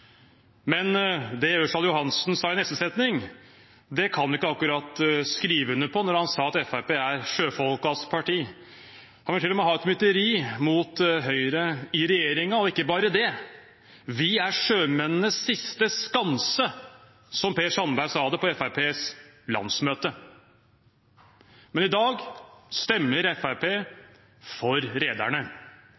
Men det Ørsal Johansen sa i neste setning, kan vi ikke akkurat skrive under på, da han sa at Fremskrittspartiet er sjøfolkenes parti. Han ville til og med ha et mytteri mot Høyre i regjeringen, og ikke bare det: «Vi er sjømennenes siste skanse», som Per Sandberg sa det på Fremskrittspartiets landsmøte. Men i dag stemmer